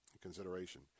consideration